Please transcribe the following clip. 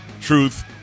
Truth